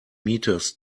meters